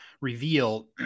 reveal